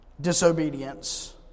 disobedience